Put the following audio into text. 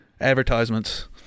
advertisements